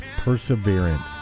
perseverance